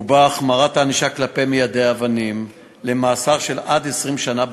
ובה החמרת הענישה כלפי מיידי אבנים למאסר של עד 20 שנה בפועל.